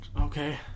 Okay